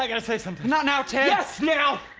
like and say something. not now ted! yes now!